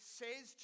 says